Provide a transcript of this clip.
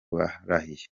barahiye